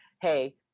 hey